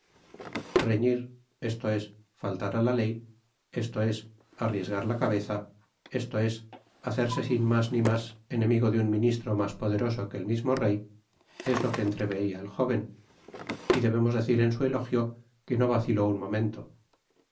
reñir esto es faltar á la ley esto es arriesgar la cabeza esto es hacerse sin mas ni mas enemigo de un ministro mas poderoso que el mismo rey es lo que entreveía el jóven y debemos decir en su elogio que no vaciló un momento